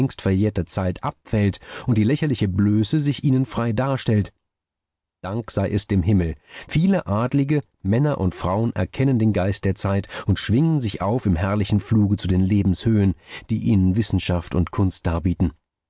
verjährter zeit abfällt und die lächerliche blöße sich ihnen frei darstellt dank sei es dem himmel viele adlige männer und frauen erkennen den geist der zeit und schwingen sich auf im herrlichen fluge zu der lebenshöhe die ihnen wissenschaft und kunst darbieten